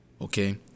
okay